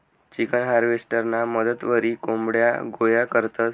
chicken हार्वेस्टरना मदतवरी कोंबड्या गोया करतंस